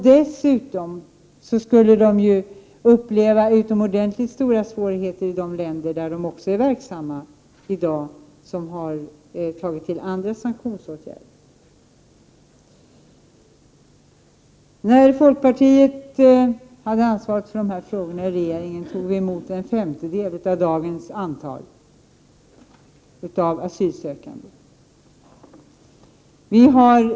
Dessutom borde de uppleva utomordentligt stora svårigheter i andra länder som de i dag är verksamma i och som har vidtagit andra sanktionsåtgärder. När folkpartiet hade ansvar för dessa frågor i regeringen tog vi emot en femtedel av det antal asylsökande vi i dag tar emot.